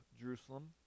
Jerusalem